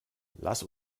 lass